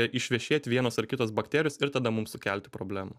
išvešėt vienos ar kitos bakterijos ir tada mum sukelti problemų